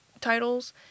titles